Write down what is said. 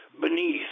...beneath